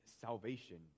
salvation